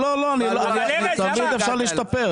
תמיד אפשר להשתפר.